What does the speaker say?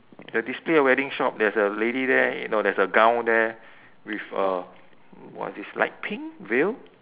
the display wedding shop there's a lady there you know there's a gown there with a what's this light pink veil